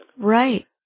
Right